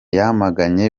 yamaganye